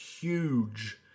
huge